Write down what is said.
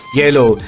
yellow